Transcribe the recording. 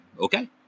okay